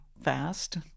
fast